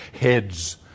heads